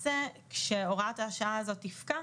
וכשהוראת השעה הזאת תפקע,